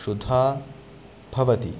क्षुधा भवति